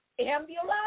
Ambulance